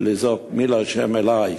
ולזעוק: מי לה' אלי,